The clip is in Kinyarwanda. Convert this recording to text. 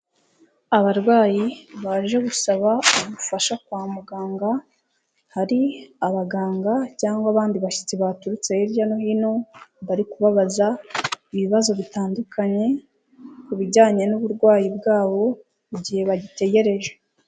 Abarwayi baje gusaba ubufasha kwa muganga hari abaganga cyangwa abandi bashyitsi baturutse hirya no hino bari kubabaza ibibazo bitandukanye ku bijyanye n'uburwayi bwabo igihe bagitegereje.